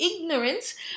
ignorance